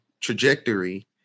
trajectory